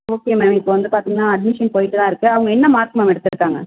okay ma'am இப்போ வந்து பார்த்தீங்கன்னா அட்மிஷன் போயிட்டு தான் இருக்கு அவங்க என்ன மார்க் மேம் எடுத்துயிருக்காங்க